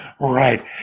right